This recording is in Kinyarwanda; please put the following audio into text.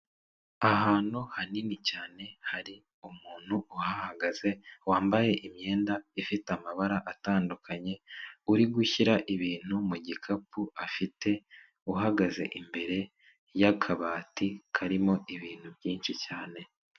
Ahantu hanini cyane, hari umuntu uhahagaze, wambaye imyenda ifite amabara atandukanye, uri gushyira ibintu mu gikapu afite, uhagaze imbere y'akabati karimo ibintu byinshi cyane.